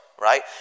Right